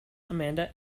amanda